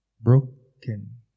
Broken